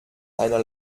einer